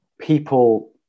People